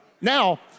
Now